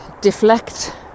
deflect